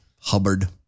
Hubbard